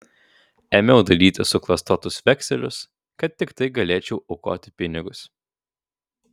ėmiau dalyti suklastotus vekselius kad tiktai galėčiau aukoti pinigus